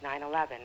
9-11